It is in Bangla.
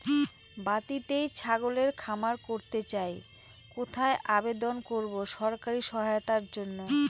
বাতিতেই ছাগলের খামার করতে চাই কোথায় আবেদন করব সরকারি সহায়তার জন্য?